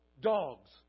dogs